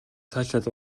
цаашлаад